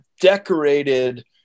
decorated